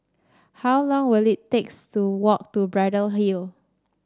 how long will it takes to walk to Braddell Hill